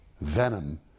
venom